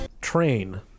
Train